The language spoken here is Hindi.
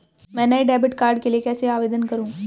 मैं नए डेबिट कार्ड के लिए कैसे आवेदन करूं?